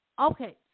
Okay